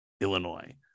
Illinois